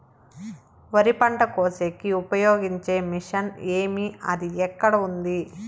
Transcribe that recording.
వరి పంట కోసేకి ఉపయోగించే మిషన్ ఏమి అది ఎక్కడ ఉంది?